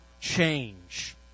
change